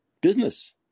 business